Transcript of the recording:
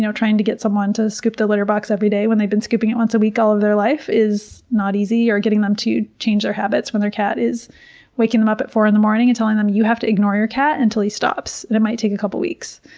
trying to get someone to scoop the litter box every day when they've been skipping it once a week all of their life is not easy. or getting them to change their habits when their cat is waking them up at four in the morning and telling them, you have to ignore your cat until he stops and it might take a couple of weeks.